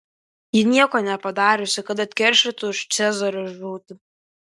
ji nieko nepadariusi kad atkeršytų už cezario žūtį